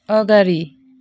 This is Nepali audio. अगाडि